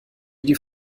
die